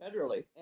federally